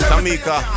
Tamika